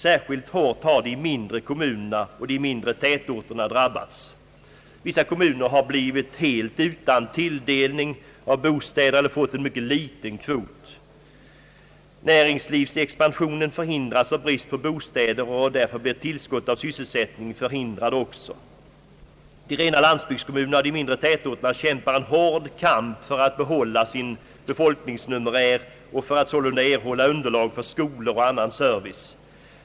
Särskilt hårt har de mindre kommunerna och de mindre tätorterna drabbats. Vissa kommuner har en del år blivit helt utan tilldelning av bostäder eller har fått en mycket liten kvot. Näringslivsexpansionen = förhindras av brist på bostäder, varför tillskott av sysselsättningstillfällen förhindras. De rena landsbygdskommunerna och de mindre tätorterna kämpar en hård kamp för att behålla sin befolkningsnumerär och för att sålunda erhålla underlag för skolor och annan service.